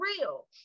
real